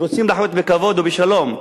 רוצים לחיות בכבוד ובשלום.